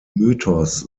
mythos